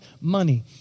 money